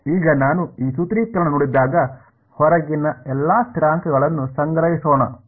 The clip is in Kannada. ಈಗ ನಾನು ಈ ಸೂತ್ರೀಕರಣ ನೋಡಿದಾಗ ಹೊರಗಿನ ಎಲ್ಲಾ ಸ್ಥಿರಾಂಕಗಳನ್ನು ಸಂಗ್ರಹಿಸೋಣ